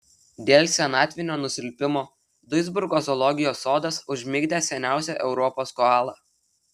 dėl senatvinio nusilpimo duisburgo zoologijos sodas užmigdė seniausią europos koalą